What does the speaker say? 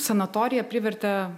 sanatoriją privertė